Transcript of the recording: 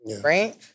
right